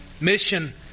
Mission